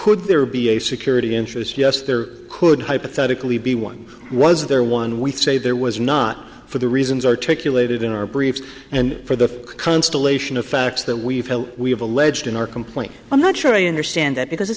could there be a security interest yes there could hypothetically be one was there one with say there was not for the reasons articulated in our briefs and for the constellation of facts that we feel we have alleged in our complaint i'm not sure i understand that because it